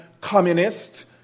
communist